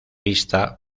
vista